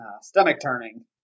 stomach-turning